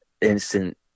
instant